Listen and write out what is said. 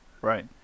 Right